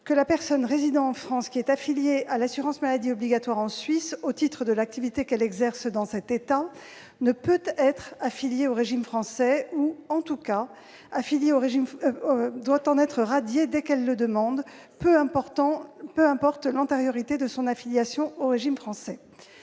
que la personne résidant en France qui est affiliée à l'assurance maladie obligatoire en Suisse au titre de l'activité qu'elle exerce dans cet État, ne peut être affiliée au régime français de sécurité sociale ou, en tout cas, doit en être radiée dès qu'elle le demande, peu important l'antériorité de son affiliation au régime français